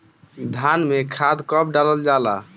धान में खाद कब डालल जाला?